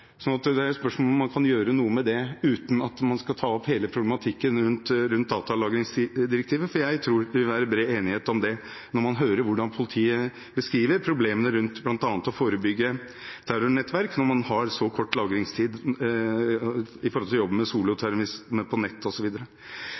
Det er et spørsmål om man kan gjøre noe med det uten at man skal ta opp hele problematikken rundt datalagringsdirektivet, for jeg tror det vil være bred enighet om det – når man hører hvordan politiet beskriver problemene rundt bl.a. å forebygge terrornettverk når man har så kort lagringstid, i forhold til jobben med soloterrorisme på nett